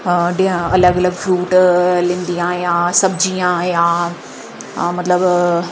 अलग अलग फ्रूट सब्जियां जां मतलब